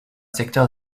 secteur